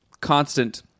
constant